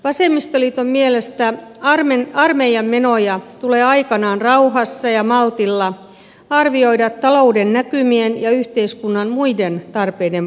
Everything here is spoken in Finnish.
vasemmistoliiton mielestä armeijan menoja tulee aikanaan rauhassa ja maltilla arvioida talouden näkymien ja yhteiskunnan muiden tarpeiden pohjalta